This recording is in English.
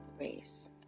race